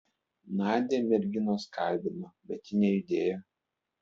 nadią merginos kalbino bet ji nejudėjo